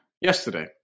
yesterday